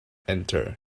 entered